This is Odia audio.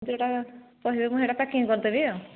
ଯୋଉଟା କହିବେ ମୁଁ ସେଇଟା ପ୍ୟାକିଂ କରିଦେବି ଆଉ